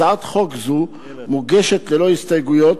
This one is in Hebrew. הצעת חוק זו מוגשת ללא הסתייגויות,